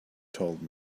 told